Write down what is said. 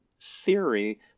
theory